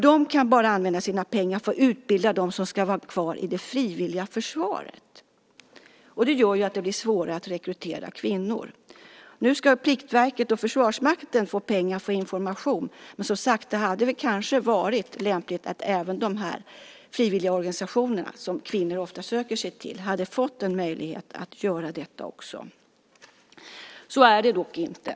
De kan bara använda sina pengar för att utbilda dem som ska vara kvar i det frivilliga försvaret. Det gör att det blir svårare att rekrytera kvinnor. Nu ska Pliktverket och Försvarsmakten få pengar för information, men som sagt: Det hade kanske varit lämpligt att även de här frivilligorganisationerna, som kvinnor ofta söker sig till, hade fått en möjlighet att göra det också. Så är det dock inte.